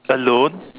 alone